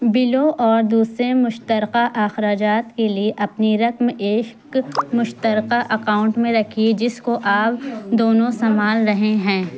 بلوں اور دوسرے مشترکہ اخراجات کے لیے اپنی رقم ایشک مشترکہ اکاؤنٹ میں رکھیے جس کو آپ دونوں سنبھال رہے ہیں